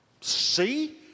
See